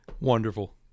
Wonderful